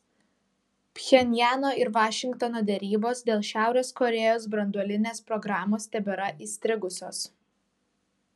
pchenjano ir vašingtono derybos dėl šiaurės korėjos branduolinės programos tebėra įstrigusios